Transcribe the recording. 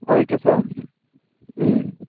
okay sir ம்